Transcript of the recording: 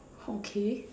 okay